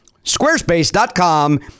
Squarespace.com